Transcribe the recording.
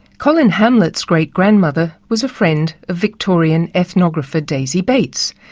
colin hamlett's great-grandmother was a friend of victorian ethnographer, daisy bates,